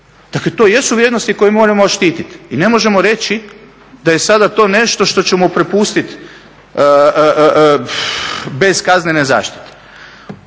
Dakle to jesu vrijednosti koje moramo štititi i ne možemo reći da je sada to nešto što ćemo prepustiti bez kaznene zaštite.